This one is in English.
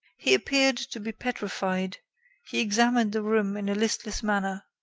he appeared to be petrified he examined the room in a listless manner.